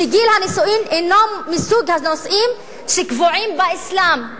שגיל הנישואין אינו מסוג הנושאים שקבועים באסלאם,